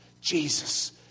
Jesus